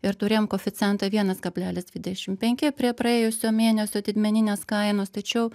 ir turėjom koeficientą vienas kablelis dvidešimt penki prie praėjusio mėnesio didmeninės kainos tačiau